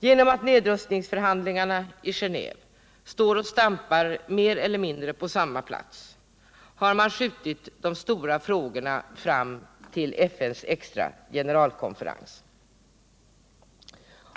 Genom att nedrustningsförhandlingarna i Geneve mer eller mindre står och stampar på samma plats har man skjutit de stora frågorna till FN:s extra generalkonferens.